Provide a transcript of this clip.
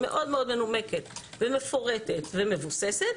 מאוד מאוד מנומקת ומפורטת ומבוססת,